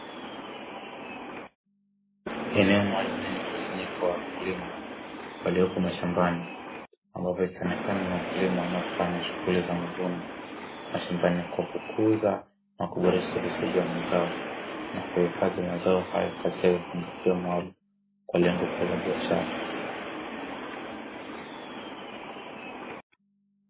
Eneo maalumu lenye mkusanyiko wa wakulima waliopo mashambani ambapo ikionekana ni wakulima wanaofanya shughuli za mavuno, kwa kukuza na kuboresha mazao na kuhifadhi mazao hayo katika vifungashio maalum kwa lengo kuu la biashara.